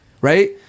right